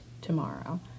tomorrow